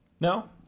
no